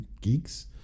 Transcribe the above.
geeks